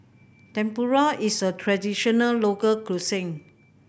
tempura is a traditional local cuisine